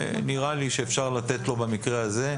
נראה לי שאפשר לתת לו במקרה הזה לעשות